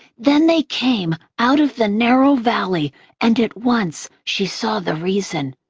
then they came out of the narrow valley and at once she saw the reason.